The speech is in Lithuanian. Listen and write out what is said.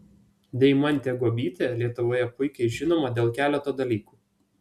deimantė guobytė lietuvoje puikiai žinoma dėl keleto dalykų